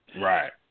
Right